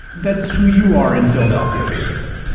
that's who you are in philadelphia, basically.